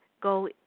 go